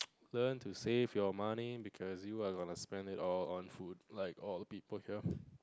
learn to save your money because you are gonna spend it all on food like all the people here